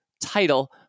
title